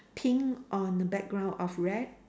pink on the background of red